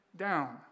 down